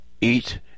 Eat